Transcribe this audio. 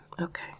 okay